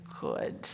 good